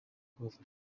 kubafasha